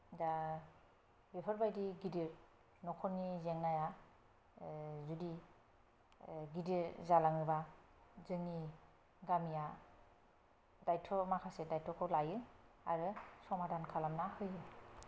दा बेफोरबायदि गिदिर न'खरनि जेंनाया जुदि गिदिर जालाङोबा जोंनि गामिया दायथ' माखासे दायथ'खौ लायो आरो समाधान खालामना होयो